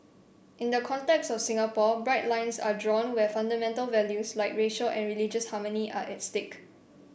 in the context of Singapore bright lines are drawn where fundamental values like racial and religious harmony are at stake